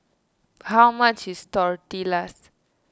how much is Tortillas